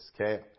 okay